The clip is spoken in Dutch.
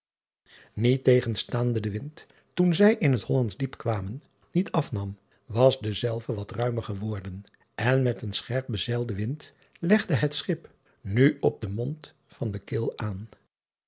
iettegenstaande de wind toen zij in het ollandsch iep kwamen niet afnam was dezelve wat ruimer geworden en met een scherp bezeilden wind legde het schip nu op den mond van de il aan